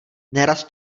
nerad